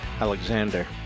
Alexander